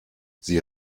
sie